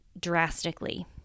drastically